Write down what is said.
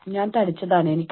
അതായത് ഞാൻ ഇവയെല്ലാം ആണ്